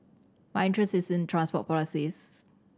my interest is in transport policies